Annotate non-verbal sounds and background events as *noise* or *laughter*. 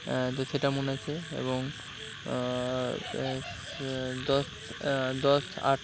তো সেটা মনে আছে এবং *unintelligible* দশ দশ আট